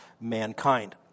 mankind